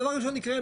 דבר ראשון שיקרה,